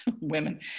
women